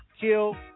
Kill